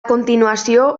continuació